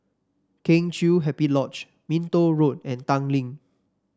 Kheng Chiu Happy Lodge Minto Road and Tanglin